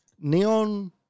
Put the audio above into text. neon